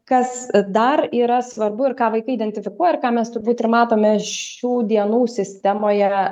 kas dar yra svarbu ir ką vaikai identifikuoja ir ką mes turbūt ir matome šių dienų sistemoje